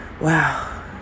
Wow